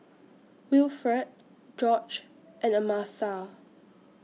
Wilfred George and Amasa